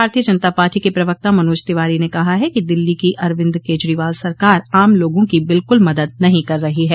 भारतीय जनता पार्टी के प्रवक्ता मनोज तिवारी ने कहा है कि दिल्ली की अरविंद केजरोवाल सरकार आम लोगों की बिल्कुल मदद नहीं कर रही है